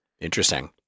Interesting